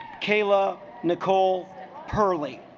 kayla nicole pearlie